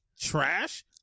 trash